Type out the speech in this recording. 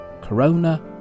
Corona